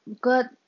good